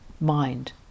mind